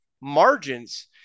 margins